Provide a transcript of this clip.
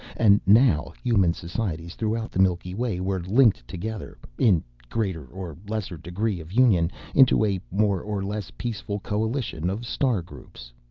and now human societies throughout the milky way were linked together in greater or lesser degree of union into a more-or-less peaceful coalition of star groups.